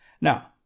Now